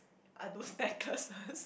are those necklaces